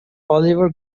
olivier